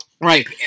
Right